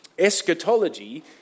eschatology